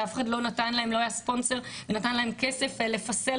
ולא היה ספונסר שנתן להן כסף כדי לפסל